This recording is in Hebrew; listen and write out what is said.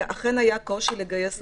אכן היה קושי לגייס עובדים,